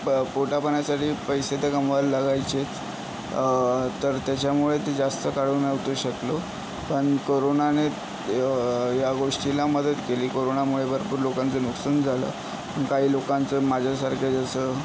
पोटापाण्यासाठी पैसे तर कमवायला लागायचेच तर त्याच्यामुळे ते जास्त काढू नव्हतो शकलो पण कोरोनाने ह्या गोष्टीला मदत केली कोरोनामुळे भरपूर लोकांचं नुकसान झालं आणि काही लोकांचं माझ्यासारख्या ज्याचं